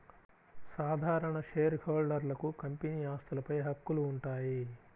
సాధారణ షేర్హోల్డర్లకు కంపెనీ ఆస్తులపై హక్కులు ఉంటాయి